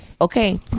Okay